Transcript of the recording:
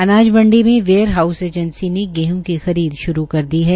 अनाज मंडी में वेयर हाउस एजेंसी ने गेहं की खरीद श्रू कर दी है